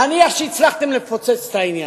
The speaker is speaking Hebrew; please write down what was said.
נניח שהצלחתם לפוצץ את העניין.